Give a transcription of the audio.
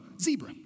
zebra